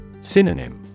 Synonym